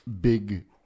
big